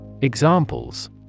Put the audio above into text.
Examples